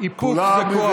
איפוק זה כוח.